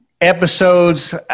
episodes